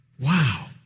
Wow